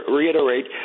reiterate